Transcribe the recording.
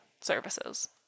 services